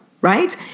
right